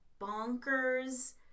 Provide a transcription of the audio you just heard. bonkers